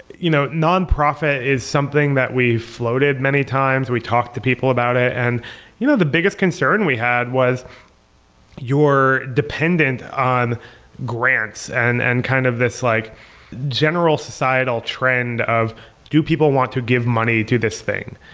you know nonprofit is something that we floated many times. we talked to people about and you know the biggest concern we had was you're dependent on grants and and kind of this like general, societal trend of do people want to give money to this thing?